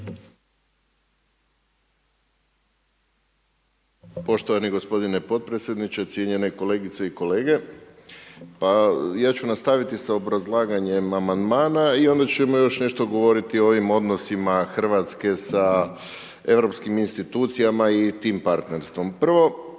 Poštovani gospodine potpredsjedniče, cijenjeni kolegice i kolege. Ja ću nastaviti s obrazlaganjem amandmana i onda ćemo još nešto govoriti o ovim odnosima Hrvatske sa europskim insinuacijama i tim partnerstvom. Prvo